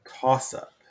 toss-up